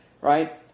Right